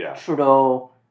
Trudeau